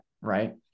Right